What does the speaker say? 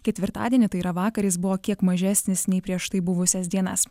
ketvirtadienį tai yra vakar jis buvo kiek mažesnis nei prieš tai buvusias dienas